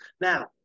Now